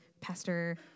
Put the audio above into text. Pastor